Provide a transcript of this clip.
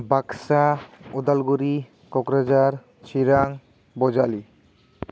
Baksa Udalguri Kokrajhar Chirang Bajali